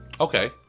Okay